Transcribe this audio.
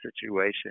situation